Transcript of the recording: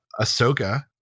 Ahsoka